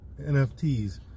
NFTs